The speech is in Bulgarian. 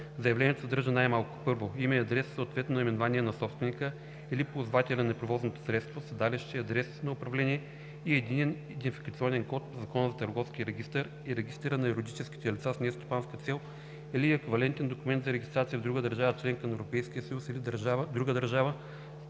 Заявлението съдържа най-малко: 1. име и адрес, съответно наименование на собственика или ползвателя на превозното средство, седалище, адрес на управление и единен идентификационен код по Закона за търговския регистър и регистъра на юридическите лица с нестопанска цел или еквивалентен документ за регистрация в друга държава – членка на Европейския съюз, или друга държава